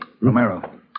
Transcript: Romero